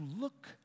look